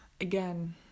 again